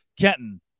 Kenton